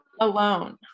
alone